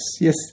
yes